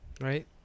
right